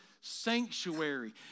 sanctuary